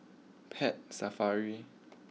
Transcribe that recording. Pet Safari